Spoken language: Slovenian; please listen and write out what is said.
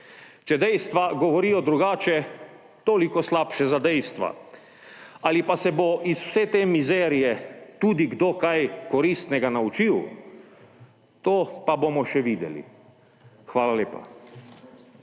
Če dejstva govorijo drugače, toliko slabše za dejstva. Ali pa se bo iz vse te mizerije tudi kdo kaj koristnega naučil? To pa bomo še videli. Hvala lepa.